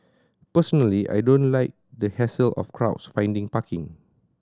personally I don't like the hassle of crowds finding parking